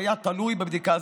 מה שהיה תלוי בבדיקה זו.